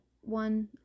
one